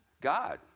God